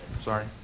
sorry